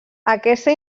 aquesta